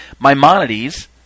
Maimonides